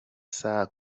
saa